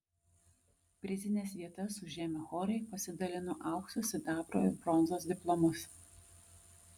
prizines vietas užėmę chorai pasidalino aukso sidabro ir bronzos diplomus